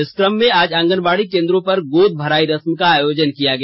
इस क्रम में आज आंगनबाड़ी केंद्रों पर गोद भराई रस्म का आयोजन किया गया